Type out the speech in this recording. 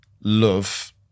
love